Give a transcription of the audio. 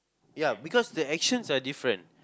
ya because the actions are different